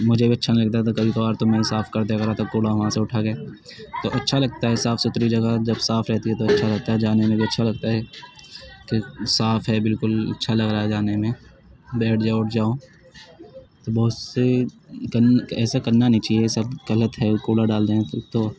مجھے بھی اچھا نہیں لگتا تھا کبھی کبھار تو میں صاف کر دیا کرتا تھا کوڑا وہاں سے اٹھا کے تو اچھا لگتا ہے صاف ستھری جگہ جب صاف رہتی ہے تو اچھا لگتا ہے جانے میں بھی اچھا لگتا ہے کہ صاف ہے بالکل اچھا لگ رہا ہے جانے میں بیٹھ جاؤ اور جاؤ تو بہت سے ایسا کرنا نہیں چاہیے سب گلت ہے کوڑا ڈال دیں تو